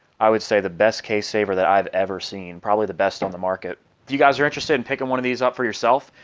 i would say the best case saver that i've ever seen probably the best on the market if you guys are interested in picking one of these up for yourself.